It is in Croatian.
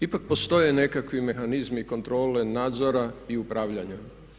Ipak postoje nekakvi mehanizmi kontrole nadzora i upravljanja.